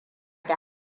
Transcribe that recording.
da